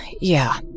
yeah